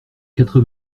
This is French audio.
quatre